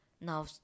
Now